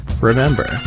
Remember